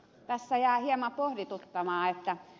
tässä jää hieman pohtimaan ed